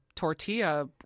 tortilla